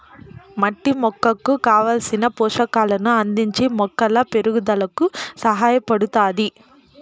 మట్టి మొక్కకు కావలసిన పోషకాలను అందించి మొక్కల పెరుగుదలకు సహాయపడుతాది